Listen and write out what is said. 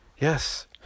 yes